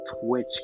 Twitch